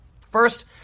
first